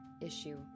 issue